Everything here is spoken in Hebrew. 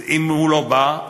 אם הוא לא בא,